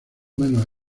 menos